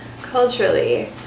Culturally